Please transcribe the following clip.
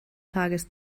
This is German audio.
tages